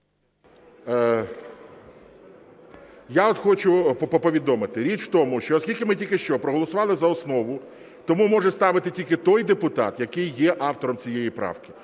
от хочу повідомити. Річ у тому, що оскільки ми тільки що проголосували за основу, тому може ставити тільки той депутат, який є автором цієї правки.